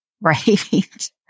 right